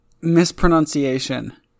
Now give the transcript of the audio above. mispronunciation